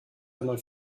einmal